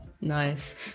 Nice